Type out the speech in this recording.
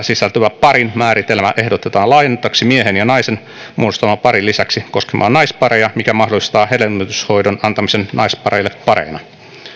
sisältyvä parin määritelmä ehdotetaan laajennettavaksi miehen ja naisen muodostaman parin lisäksi koskemaan naispareja mikä mahdollistaa hedelmöityshoidon antamisen naisparille parina